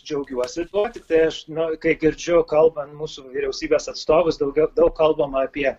džiaugiuosi tuo tikrai aš na kai girdžiu kalbant mūsų vyriausybės atstovus daugiau daug kalbama apie